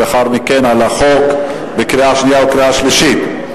ולאחר מכן על החוק בקריאה שנייה ובקריאה שלישית.